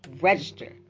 Register